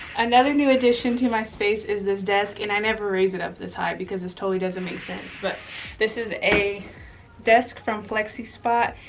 another new addition to my space is this desk. and i never raise it up this high because it totally doesn't make sense, but this is a desk from flexispot,